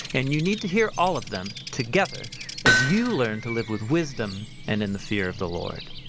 and you need to hear all of them together as you learn to live with wisdom and in the fear of the lord